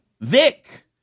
Vic